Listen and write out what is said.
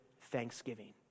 thanksgiving